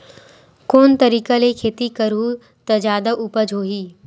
कोन तरीका ले खेती करहु त जादा उपज होही?